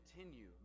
continue